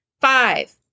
Five